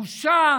בושה.